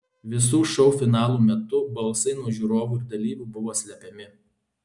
visų šou finalų metu balsai nuo žiūrovų ir dalyvių buvo slepiami